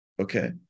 okay